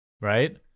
right